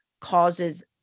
causes